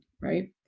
right